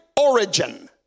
origin